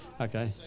Okay